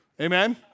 amen